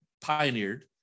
pioneered